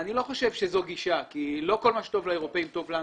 אני חושב שזו לא גישה נכונה כי לא כל מה שטוב לאירופאים טוב לנו.